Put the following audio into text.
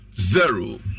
zero